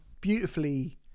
beautifully